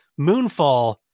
Moonfall